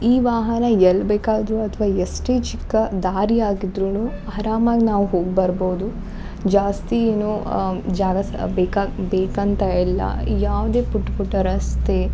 ಈ ವಾಹನ ಎಲ್ಲಿ ಬೇಕಾದ್ರೂ ಅಥ್ವಾ ಎಷ್ಟೇ ಚಿಕ್ಕ ದಾರಿಯಾಗಿದ್ರೂ ಆರಾಮಾಗ್ ನಾವು ಹೋಗಿ ಬರ್ಬೋದು ಜಾಸ್ತಿ ಏನೂ ಜಾಗ ಸ ಬೇಕು ಬೇಕಂತ ಇಲ್ಲ ಯಾವುದೇ ಪುಟ್ಟ ಪುಟ್ಟ ರಸ್ತೆ